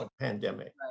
pandemic